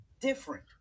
different